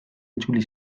itzuli